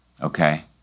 Okay